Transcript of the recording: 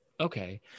Okay